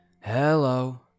Hello